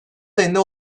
ayında